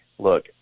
Look